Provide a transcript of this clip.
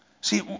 See